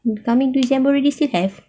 coming to december already still have